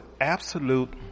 absolute